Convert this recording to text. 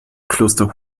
kloster